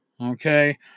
okay